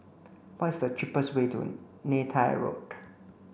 what is the cheapest way to Neythai Road